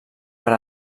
per